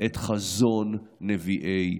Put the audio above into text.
את חזון נביאי ישראל.